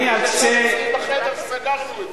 הוא ישב אצלי בחדר כשסגרנו את זה.